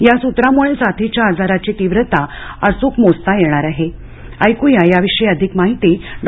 या सूत्रामुळे साथीच्या आजाराची तीव्रता अचुक मोजता येणार आहे ऐकुयात या विषयी अधिक माहिती डॉ